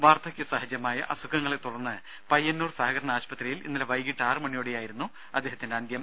വാർദ്ധക്യസഹജമായ അസുഖങ്ങളെത്തുടർന്ന് പയ്യന്നൂർ സഹകരണ ആശുപത്രിയിൽ ഇന്നലെ വൈകീട്ട് ആറു മണിയോടെയായിരുന്നു അദ്ദേഹത്തിന്റെ അന്ത്യം